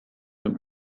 and